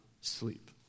sleep